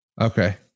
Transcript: Okay